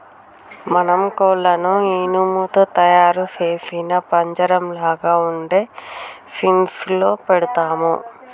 మనం కోళ్లను ఇనుము తో తయారు సేసిన పంజరంలాగ ఉండే ఫీన్స్ లో పెడతాము